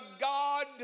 God